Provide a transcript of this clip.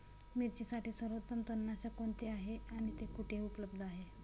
मिरचीसाठी सर्वोत्तम तणनाशक कोणते आहे आणि ते कुठे उपलब्ध आहे?